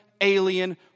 alien